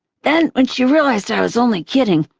then, when she realized i was only kidding,